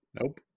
Nope